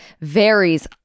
varies